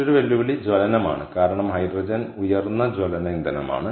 മറ്റൊരു വെല്ലുവിളി ജ്വലനമാണ് കാരണം ഹൈഡ്രജൻ ഉയർന്ന ജ്വലന ഇന്ധനമാണ്